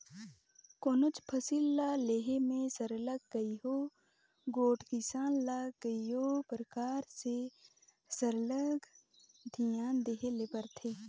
कोनोच फसिल ल लेहे में सरलग कइयो गोट किसान ल कइयो परकार ले सरलग धियान देहे ले परथे